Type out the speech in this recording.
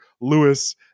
Lewis